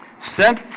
sent